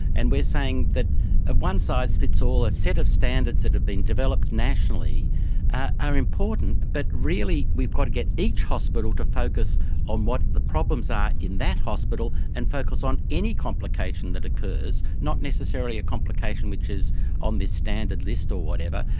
and we're saying that one size fits all, a set of standards that have been developed nationally ah are important but really we've got to get each hospital to focus on what the problems are in that hospital and focus on any complication that occurs, not necessarily a complication which is on this standard list or whatever,